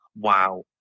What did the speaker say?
wow